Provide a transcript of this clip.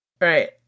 Right